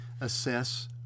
assess